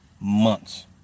Months